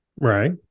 Right